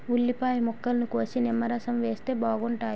ఉల్లిపాయ ముక్కల్ని కోసి నిమ్మరసం వేస్తే బాగుంటాయి